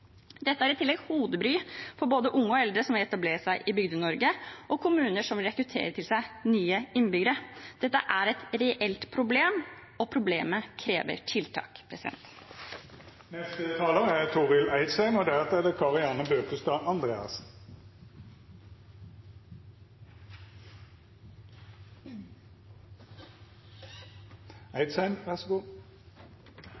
er i tillegg hodebry for både unge og eldre som vil etablere seg i Bygde-Norge, og kommuner som vil rekruttere til seg nye innbyggere. Dette er et reelt problem, og problemet krever tiltak. Det er viktig å sjå etter at Husbankens prioriterte oppgåve skal vere og er bustadsosialt arbeid og